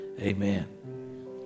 amen